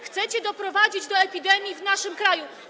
Chcecie doprowadzić do epidemii w naszym kraju.